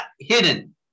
hidden